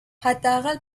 حداقل